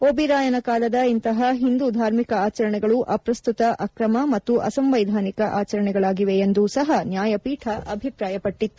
ಓಬಿರಾಯನ ಕಾಲದ ಇಂತಹ ಹಿಂದೂ ಧಾರ್ಮಿಕ ಆಚರಣೆಗಳು ಅಪ್ರಸ್ತುತ ಅಕ್ರಮ ಮತ್ತು ಅಸಂವೈಧಾನಿಕ ಆಚರಣೆಗಳಾಗಿವೆ ಎಂದೂ ಸಹ ನ್ಯಾಯಪೀಠ ಅಭಿಪ್ರಾಯಪಟ್ಟಿತ್ತು